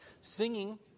singing